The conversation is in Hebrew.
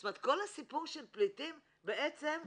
זאת אומרת כל הסיפור של פליטים בעצם איננו,